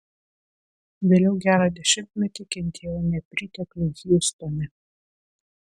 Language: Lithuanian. vėliau gerą dešimtmetį kentėjau nepriteklių hjustone